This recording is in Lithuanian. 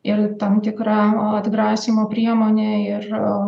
ir tam tikra atgrasymo priemonė ir